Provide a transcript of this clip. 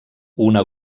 una